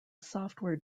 software